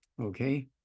okay